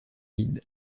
guide